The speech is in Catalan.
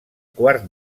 quart